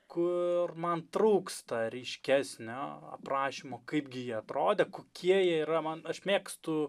kur man trūksta ryškesnio aprašymo kaipgi jie atrodė kokie jie yra man aš mėgstu